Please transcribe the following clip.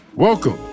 Welcome